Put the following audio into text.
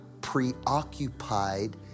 preoccupied